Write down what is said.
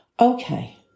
Okay